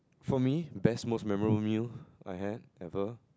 for me best most memorable meal I have ever